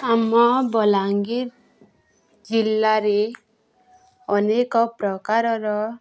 ଆମ ବଲାଙ୍ଗୀର ଜିଲ୍ଲାରେ ଅନେକ ପ୍ରକାରର